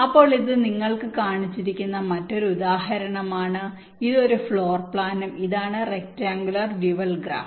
ഇപ്പോൾ ഇത് നിങ്ങൾക്ക് കാണിച്ചിരിക്കുന്ന മറ്റൊരു ഉദാഹരണമാണ് ഇത് ഒരു ഫ്ലോർ പ്ലാനും ഇതാണ് റെക്ടാങ്കുലർ ഡ്യുവൽ ഗ്രാഫ്